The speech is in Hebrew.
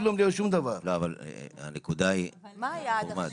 מה היעד עכשיו?